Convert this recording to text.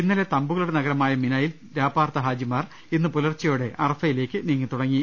ഇന്നലെ തമ്പുകളുടെ നഗരമായ മിനയിൽ രാപ്പാർത്ത ഹാജിമാർ ഇന്ന് പുലർച്ചെയോടെ അറഫയിലേക്ക് നീങ്ങിത്തുടങ്ങി